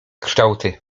kształty